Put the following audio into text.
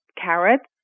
carrots